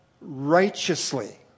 righteously